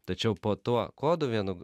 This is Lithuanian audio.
tačiau po tuo kodu vienu